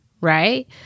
right